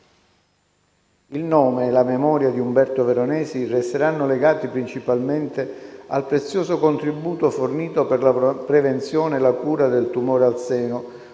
Il nome e la memoria di Umberto Veronesi resteranno legati principalmente al prezioso contributo fornito per la prevenzione e la cura del tumore al seno,